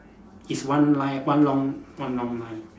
it's one line one long one long line